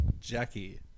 Jackie